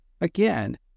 Again